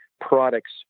products